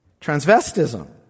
transvestism